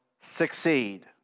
succeed